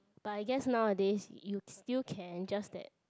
but I guess nowadays you still can just that